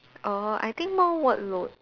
oh I think more workload